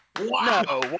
Wow